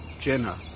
Jenna